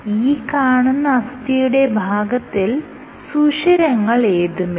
ഈ കാണുന്ന അസ്ഥിയുടെ ഭാഗത്തിൽ സുഷിരങ്ങളേതുമില്ല